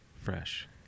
fresh